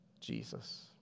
Jesus